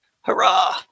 Hurrah